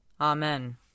Amen